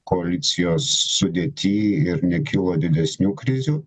koalicijos sudėty ir nekilo didesnių krizių